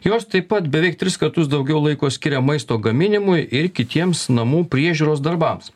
jos taip pat beveik tris kartus daugiau laiko skiria maisto gaminimui ir kitiems namų priežiūros darbams